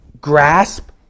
grasp